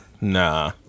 Nah